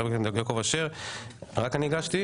של חבר הכנסת יעקב אשר רק אני הגשתי?